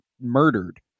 murdered